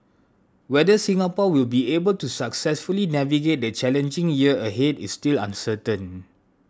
whether Singapore will be able to successfully navigate the challenging year ahead is still uncertain